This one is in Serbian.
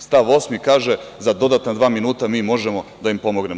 Stav 8. kaže – za dodatna dva minuta, mi možemo da im pomognemo.